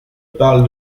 parle